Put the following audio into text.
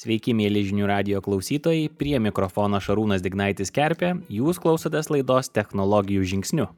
sveiki mieli žinių radijo klausytojai prie mikrofono šarūnas dignaitis kerpė jūs klausotės laidos technologijų žingsniu